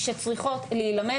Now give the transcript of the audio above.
אבל האפקטיביות יורדת,